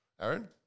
Aaron